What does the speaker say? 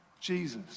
Jesus